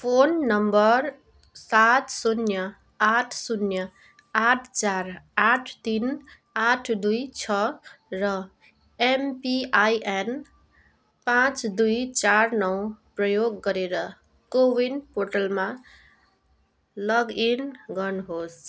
phone नम्बर सात शून्य आठ शून्य आठ चार आठ तिन आठ दुई छ र एमपिआइएन पाँच दुई चार नौ प्रयोग गरेर कोविन पोर्टलमा लगइन गर्नुहोस्